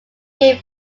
game